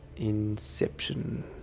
Inception